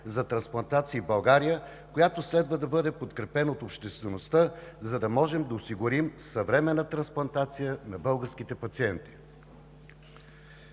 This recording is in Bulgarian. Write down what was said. за трансплантации в България, която следва да бъде подкрепена от обществеността, за да можем да осигурим съвременна трансплантация на българските пациенти.